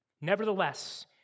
Nevertheless